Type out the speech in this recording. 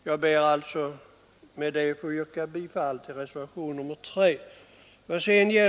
Jag ber med dessa ord att få yrka bifall till reservationen 3.